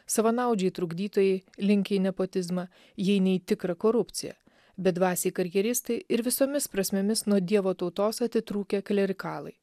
savanaudžiai trukdytojai linkę į nepotizmą jai ne į tikrą korupciją bedvasiai karjeristai ir visomis prasmėmis nuo dievo tautos atitrūkę klerikalai